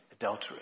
adultery